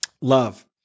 Love